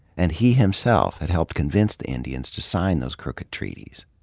and he himself had helped convince the indians to sign those crooked treaties.